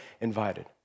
invited